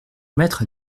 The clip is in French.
maître